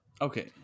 Okay